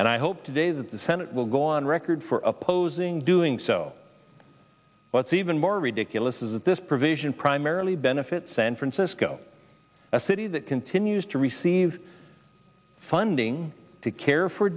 and i hope today that the senate will go on record for opposing doing so what's even more ridiculous is that this provision primarily benefits san francisco a city that continues to receive funding to care for